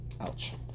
Ouch